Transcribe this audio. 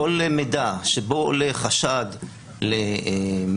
כל מידע שבו עולה חשד למחדל,